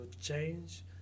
change